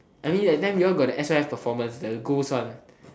I mean that time we all got the s_y_f performance the ghost one